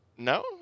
No